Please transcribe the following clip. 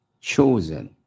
chosen